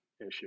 issue